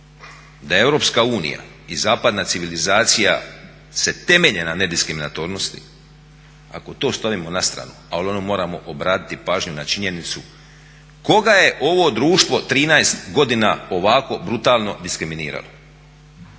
da je Europska unija i zapadna civilizacija se temelje na nediskriminatornosti, ako to stavimo na stranu ali onda moramo obratiti pažnju na činjenicu koga je ovo društvo 13 godina ovako brutalno diskriminiralo,